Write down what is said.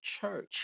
church